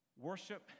Worship